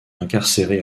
incarcérés